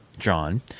john